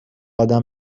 ادم